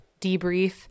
debrief